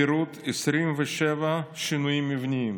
יש פירוט של 27 שינויים מבניים